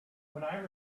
when